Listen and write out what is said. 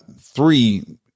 three